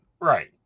Right